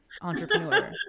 entrepreneur